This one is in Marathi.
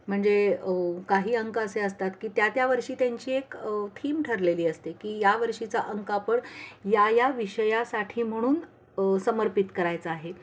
म्हणजे काही अंक असे असतात की त्या त्या वर्षी त्यांची एक थीम ठरलेली असते की यावर्षीचा अंक आपण या या विषयासाठी म्हणून समर्पित करायचा आहे